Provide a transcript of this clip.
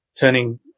Turning